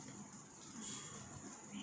oh so it is like a monthhly